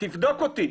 תבדוק אותי.